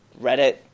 Reddit